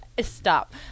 Stop